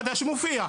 בדש מופיע.